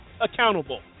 accountable